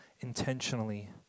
intentionally